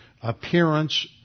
appearance